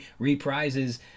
reprises